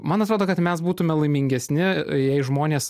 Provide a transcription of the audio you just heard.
man atrodo kad mes būtume laimingesni jei žmonės